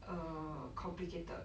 err complicated